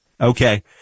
Okay